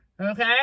okay